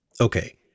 okay